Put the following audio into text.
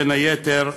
בין היתר,